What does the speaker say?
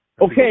okay